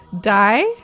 die